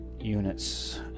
units